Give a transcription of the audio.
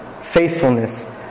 faithfulness